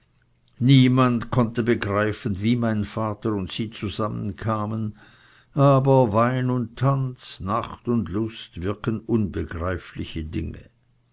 niemand konnte begreifen wie mein vater und sie zusammenkamen aber wein und tanz nacht und lust wirken unbegreifliche dinge